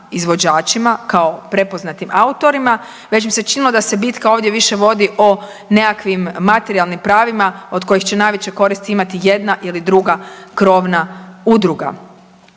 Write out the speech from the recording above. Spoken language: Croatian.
izvođačima kao prepoznatim autorima već mi se činilo da se bitka ovdje više vodi o nekakvim materijalnim pravima od kojih će najveće koristi imati jedna ili druga krovna udruga.